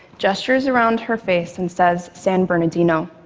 gestures around her face and says, san bernardino,